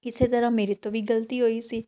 ਇਸੇ ਤਰ੍ਹਾਂ ਮੇਰੇ ਤੋਂ ਵੀ ਗ਼ਲਤੀ ਹੋਈ ਸੀ